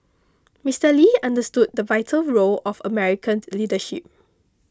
Mister Lee understood the vital role of American leadership